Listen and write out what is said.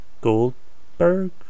Goldberg